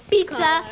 Pizza